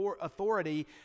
authority